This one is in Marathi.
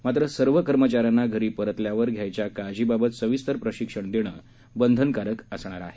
मात्र सर्व कर्मचाऱ्यांना घरी परतल्यावर घ्यायच्या काळजीबाबत सविस्तर प्रशिक्षण देणं बंधनकारक असणार आहे